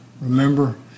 Remember